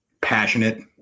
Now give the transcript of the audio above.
passionate